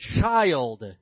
child